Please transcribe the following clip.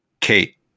Kate